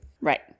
Right